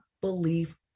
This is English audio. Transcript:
belief